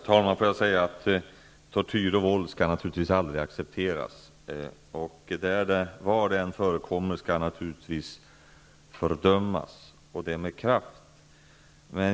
Herr talman! Tortyr och våld skall naturligtvis aldrig accepteras. Var det än förekommer skall det självfallet fördömas, och det med kraft.